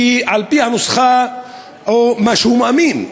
שלפי הנוסחה או מה שהוא מאמין,